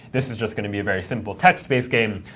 this is just going to be a very simple text based game,